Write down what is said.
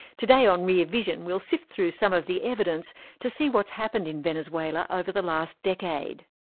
today on rear vision, we'll sift through some of the evidence to see what's happened in venezuela over the last decade.